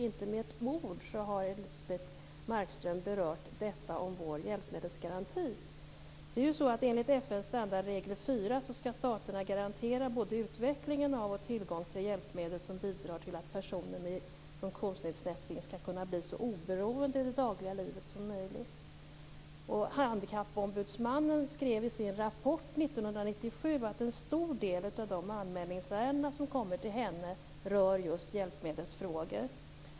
Inte med ett ord har Elisebeht Markström berört vår hjälpmedelsgaranti. Enligt FN:s standardregel 4 skall staterna garantera både utveckling av och tillgång till hjälpmedel som bidrar till att personer med funktionsnedsättning skall kunna bli så oberoende i det dagliga livet som möjligt. 1997 att en stor del av de anmälningsärenden som kommer till henne rör just hjälpmedelsfrågor.